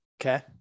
Okay